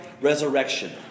resurrection